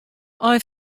ein